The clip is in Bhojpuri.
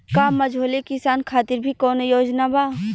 का मझोले किसान खातिर भी कौनो योजना बा?